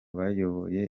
bayoboye